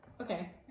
Okay